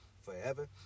forever